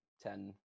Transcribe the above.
ten